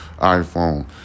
iPhone